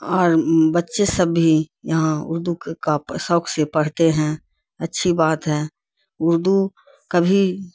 اور بچے سب بھی یہاں اردو کا شوق سے پڑھتے ہیں اچھی بات ہے اردو کبھی